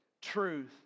truth